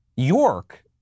York